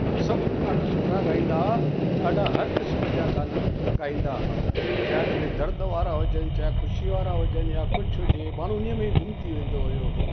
हा सभु ॾाढा सुठा ॻाईंदा हा ऐं ॾाढा हर किस्मु जा गाना ॻाईंदा हा चाहे उनमें दर्द वारा हुजनि चाहे ख़ुशीअ वारा हुजनि या कुझु हुजे माण्हू उन्हीअ में गुम थी वेंदो हुयो